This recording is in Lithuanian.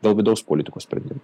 dėl vidaus politikos sprendimų